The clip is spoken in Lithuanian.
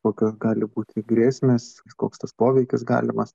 kokios gali būti grėsmes koks tas poveikis galimas